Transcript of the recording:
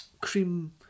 cream